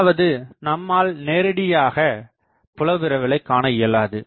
அதாவது நம்மால் நேரிடியயாக புலவிரவலை காண இயலாது